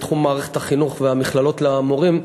בתחום מערכת החינוך והמכללות למורים.